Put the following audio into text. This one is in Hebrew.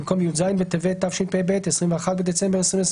במקום "י"ז בטבת התשפ"ב (21 בדצמבר 2021)